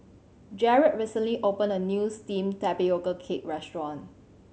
Jarrell recently opened a new steam tapioca cake restaurant